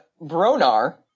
Bronar